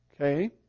okay